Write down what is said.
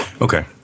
Okay